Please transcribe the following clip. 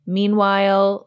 meanwhile